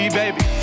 baby